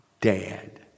dad